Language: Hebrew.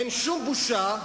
אין שום בושה.